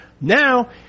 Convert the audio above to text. Now